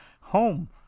home